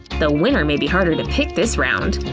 the winner may be harder to pick this round!